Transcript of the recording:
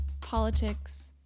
politics